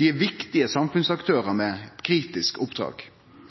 dei er viktige samfunnsaktørar med kritiske oppdrag. Med denne meldinga tar vi eit